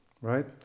right